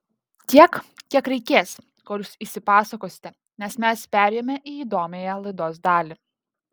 tiek kiek reikės kol jūs išsipasakosite nes mes perėjome į įdomiąją laidos dalį